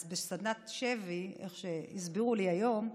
אז בסדנת שבי, איך שהסבירו לי היום,